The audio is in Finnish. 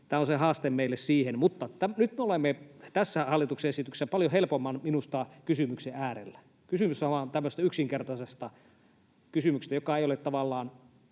Tämä on se haaste meille. Mutta nyt me olemme tässä hallituksen esityksessä minusta paljon helpomman kysymyksen äärellä. Kysymys on vain tämmöisestä yksinkertaisesta kysymyksestä, joka ei ole tavallaan